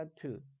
two